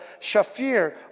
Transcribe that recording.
Shafir